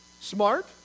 Smart